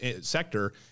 sector